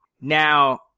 now